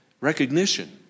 recognition